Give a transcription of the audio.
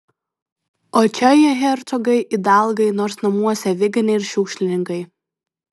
o čia jie hercogai idalgai nors namuose aviganiai ir šiukšlininkai